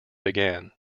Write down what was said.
began